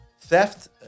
theft